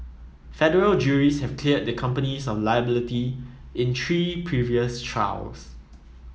federal juries have cleared the companies of liability in three previous trials